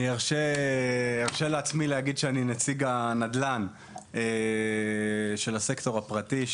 אני ארשה לעצמי להגיד שאני נציג הנדל"ן של הסקטור הפרטי.